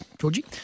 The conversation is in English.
Georgie